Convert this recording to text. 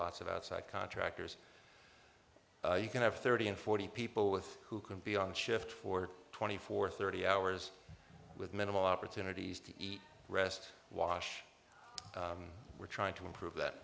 lots of outside contractors you can have thirty and forty people with who can be on shift for twenty four thirty hours with minimal opportunities to rest wash we're trying to improve that